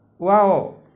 wow